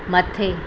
मथे